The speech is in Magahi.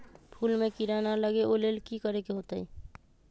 फूल में किरा ना लगे ओ लेल कि करे के होतई?